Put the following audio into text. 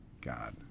God